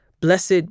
Blessed